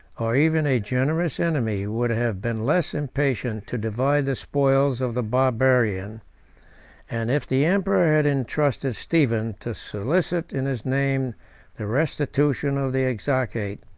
or even a generous enemy, would have been less impatient to divide the spoils of the barbarian and if the emperor had intrusted stephen to solicit in his name the restitution of the exarchate,